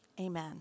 Amen